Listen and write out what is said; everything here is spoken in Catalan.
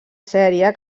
sèrie